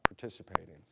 participating